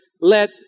let